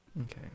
okay